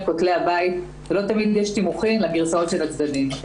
כותלי הבית ולא תמיד יש תימוכין לגרסאות של הצדדים.